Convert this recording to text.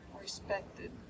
respected